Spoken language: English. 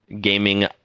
gaming